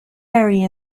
vary